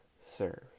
serve